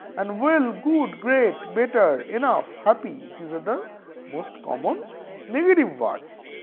and well, good, great, better, enough, happy these are the most common negative words.